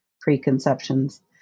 preconceptions